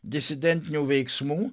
disidentinių veiksmų